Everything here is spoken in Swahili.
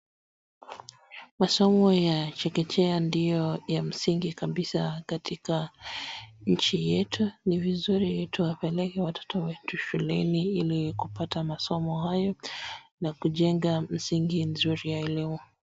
Masomo ya chekechea ndio ya msingi kabisa katika nchi yetu. Ni vizuri tuwapeleke watoto wetu shuleni ili kupata masomo hayo na kujenga msingi nzuri ya elimu.